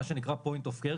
מה שנקרא פוינט אוף קר,